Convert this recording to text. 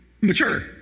mature